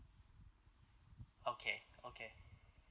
okay okay